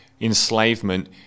enslavement